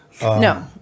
No